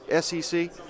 SEC